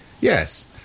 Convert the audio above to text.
Yes